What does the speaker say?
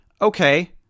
Okay